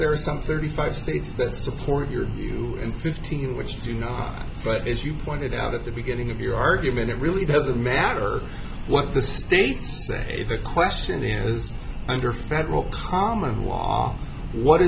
there are some thirty five states that support your view and fifteen which do not but as you pointed out at the beginning of your argument it really does matter what the states say the question is under federal common law what